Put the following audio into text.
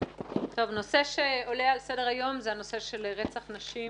נושא שעולה על סדר-היום הוא הנושא של רצח נשים,